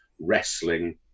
wrestling